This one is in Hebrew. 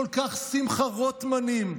כל כך שמחה רוטמנים,